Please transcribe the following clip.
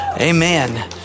amen